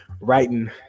writing